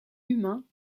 humain